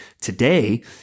today